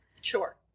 Sure